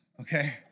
okay